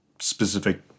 specific